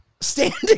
Standing